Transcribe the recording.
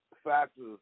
Factors